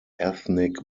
ethnic